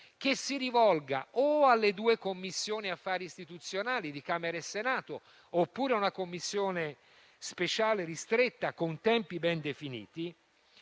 affinché le due Commissioni affari istituzionali di Camera e Senato, oppure una Commissione speciale ristretta, con tempi ben definiti,